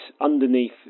underneath